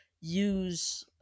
use